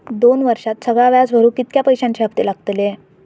दोन वर्षात सगळा व्याज भरुक कितक्या पैश्यांचे हप्ते लागतले?